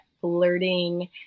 flirting